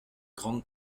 grandes